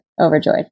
Overjoyed